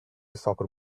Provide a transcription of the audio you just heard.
soccer